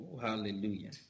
hallelujah